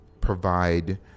provide